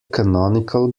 canonical